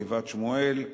גבעת-שמואל,